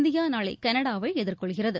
India நாளை கனடாவை எதிர்கொள்கிறது